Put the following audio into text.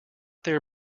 there